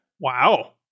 wow